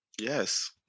Yes